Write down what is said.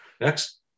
Next